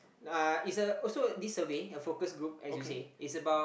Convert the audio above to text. uh it's a also this survey a focused group as you say it's about